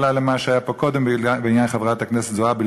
אלא למה שהיה פה קודם בעניין חברת הכנסת זועבי,